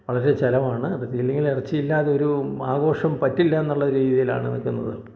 വളരെ ചെലവാണ് അതിപ്പോൾ ഇല്ലെങ്കില് ഇറച്ചിയില്ലാതെ ഒരു ആഘോഷം പറ്റില്ല എന്നുള്ള രീതിയിലാണ് നിൽക്കുന്നത്